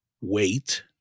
wait